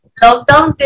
lockdown